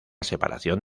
separación